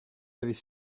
avait